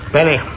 Benny